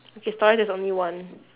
okay stories there's only one